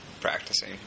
practicing